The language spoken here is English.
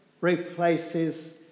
replaces